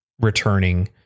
returning